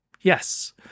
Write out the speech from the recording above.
Yes